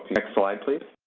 next slide, please.